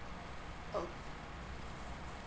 oh